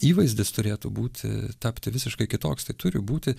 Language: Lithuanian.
įvaizdis turėtų būti tapti visiškai kitoks tai turi būti